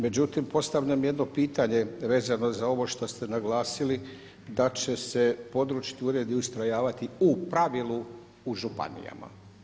Međutim, postavljam jedno pitanje vezano za ovo što ste naglasili da će se područni uredi ustrojavati u pravilu u županijama.